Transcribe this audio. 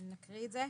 נקרא את זה.